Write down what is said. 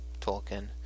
Tolkien